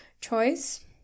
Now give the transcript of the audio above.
choice